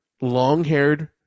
long-haired